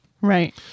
Right